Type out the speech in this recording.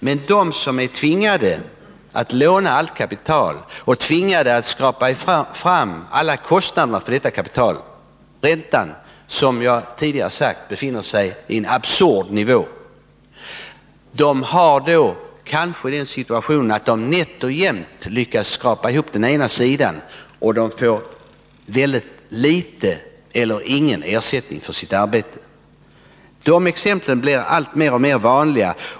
Men de som är tvingade att låna allt kapital och skaka fram alla kostnader för detta kapital — räntan befinner ju sig, som jag tidigare sagt, på en absurd nivå — har kanske den situationen att de nätt och jämnt lyckats skrapa ihop till kapitalkostnaderna och de får väldigt låg eller ingen ersättning för sitt arbete. De exemplen blir alltmer vanliga.